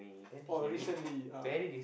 or recently ah